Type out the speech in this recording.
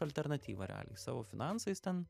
alternatyvą realiai savo finansais ten